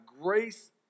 grace